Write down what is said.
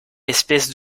espèce